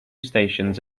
stations